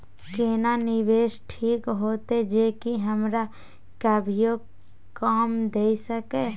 केना निवेश ठीक होते जे की हमरा कभियो काम दय सके?